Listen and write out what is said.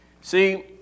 See